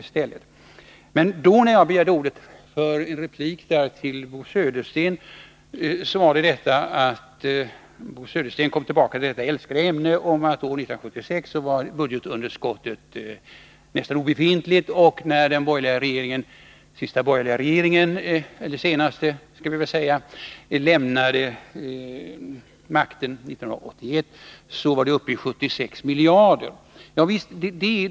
När jag före middagspausen begärde ordet för en replik till Bo Södersten var anledningen att han kom tillbaka till det älskade ämnet budgetunderskott och hävdade att underskottet år 1976 var nästan obefintligt medan det när den senaste borgerliga regeringen 1982 lämnade regeringsmakten var uppe i 76 miljarder.